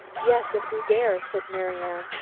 yes, if we dare, said marian,